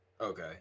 Okay